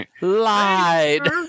Lied